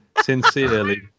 Sincerely